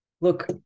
look